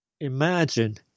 Imagine